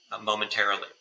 momentarily